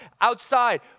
outside